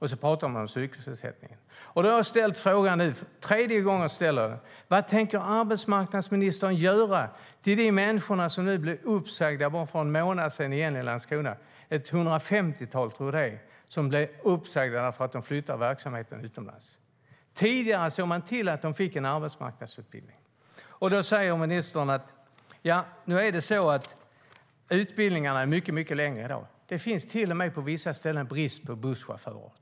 Hon talar om sysselsättningen. Det är nu tredje gången jag ställer frågan. Vad tänker arbetsmarknadsministern göra för de människor som blev uppsagda bara för en månad sedan i Landskrona? Jag tror att det var ca 150 som blev uppsagda för att de flyttade verksamheten utomlands. Tidigare såg man till att de fick en arbetsmarknadsutbildning. Ministern säger: Utbildningarna är mycket längre i dag. Det finns på vissa ställen till och med brist på busschaufförer.